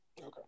Okay